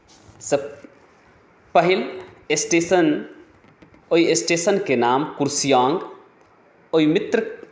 सँ पहिल स्टेशन ओहि स्टेशनके नाम कुर्सियाङ्ग ओहि मित्र